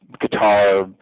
guitar